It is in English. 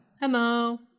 hello